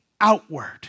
outward